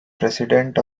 president